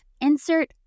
insert